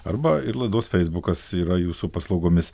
arba ir laidos feisbukas yra jūsų paslaugomis